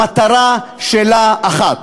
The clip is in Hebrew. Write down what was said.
המטרה שלה אחת: